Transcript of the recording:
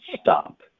stop